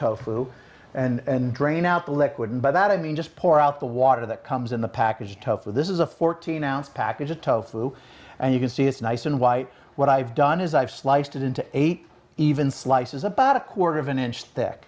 tofu and drain out the liquid and by that i mean just pour out the water that comes in the package top with this is a fourteen ounce package of tofu and you can see it's nice and white what i've done is i've sliced it into eight even slices about a quarter of an inch thick